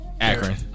Akron